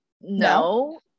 no